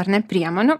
ar ne priemonių